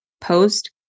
post